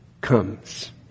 comes